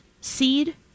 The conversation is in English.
seed